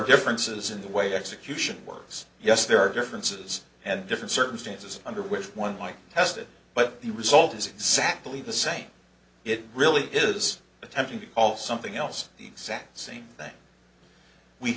differences in the way execution works yes there are differences and different circumstances under which one might test it but the result is exactly the same it really is attempting to call something else the exact same thing we